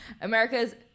America's